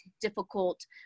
difficult